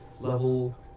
level